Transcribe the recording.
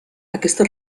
aquesta